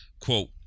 quote